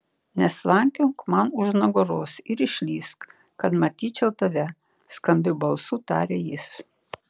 neslankiok man už nugaros ir išlįsk kad matyčiau tave skambiu balsu tarė jis